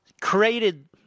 created